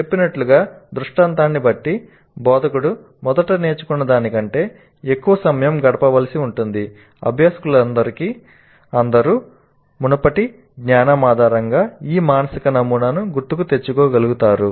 చెప్పినట్లుగా దృష్టాంతాన్ని బట్టి బోధకుడు మొదట నేర్చుకున్నదానికంటే ఎక్కువ సమయం గడపవలసి ఉంటుంది అభ్యాసకులందరూ మునుపటి జ్ఞానం ఆధారంగా ఈ మానసిక నమూనాను గుర్తుకు తెచ్చుకోగలుగుతారు